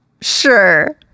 Sure